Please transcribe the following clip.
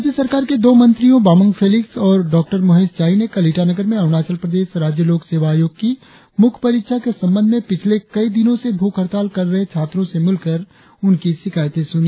राज्य सरकार के दो मंत्रियों बामांग फेलिक्स और डॉ मोहेश चाई ने कल ईटानगर में अरुणाचल प्रदेश राज्य लोक सेवा आयोग की मुख्य परीक्षा के संबंध में पिछले कई दिनों से भूख हड़ताल कर रहे छात्रों से मिलकर उनकी शिकायतें सुनी